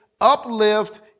uplift